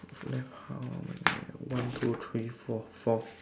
left how many one two three four four